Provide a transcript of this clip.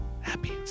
Happy